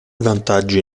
vantaggi